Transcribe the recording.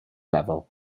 level